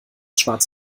schwarz